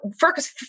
focus